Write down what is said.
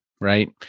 right